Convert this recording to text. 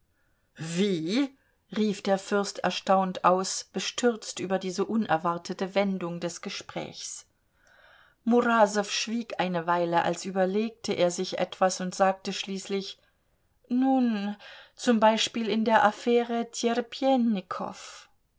wie rief der fürst erstaunt aus bestürzt über diese unerwartete wendung des gesprächs murasow schwieg eine weile als überlegte er sich etwas und sagte schließlich nun zum beispiel in der affäre